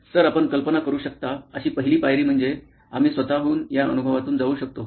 तर आपण कल्पना करू शकता अशी पहिली पायरी म्हणजे आम्ही स्वतःहून या अनुभवातून जाऊ शकतो